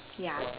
ya